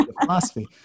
philosophy